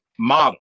model